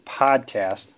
Podcast